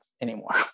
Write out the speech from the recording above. anymore